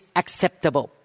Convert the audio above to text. acceptable